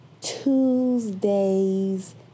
Tuesday's